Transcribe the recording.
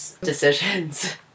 decisions